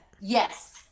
yes